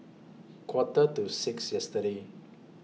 Quarter to six yesterday